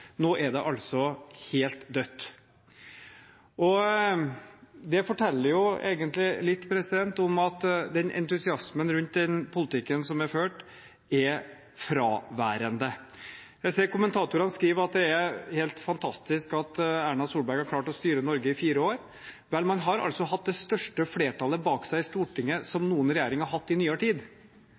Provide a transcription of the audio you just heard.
Nå er det helt dødt. Det forteller egentlig litt om at entusiasmen rundt den politikken som er ført, er fraværende. Jeg ser at kommentatorene skriver at det er helt fantastisk at Erna Solberg har klart å styre Norge i fire år. Vel – man har altså hatt det største flertallet bak seg i Stortinget som noen regjering har hatt i nyere tid.